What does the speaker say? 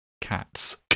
Cats